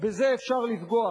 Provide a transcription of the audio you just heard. בזה אפשר לפגוע.